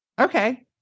Okay